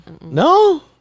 No